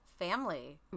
family